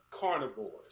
carnivores